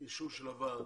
אישור של הוועד,